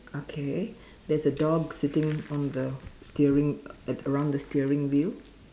okay there's a dog sitting on the steering at around the steering wheel